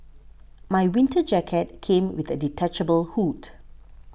my winter jacket came with a detachable hood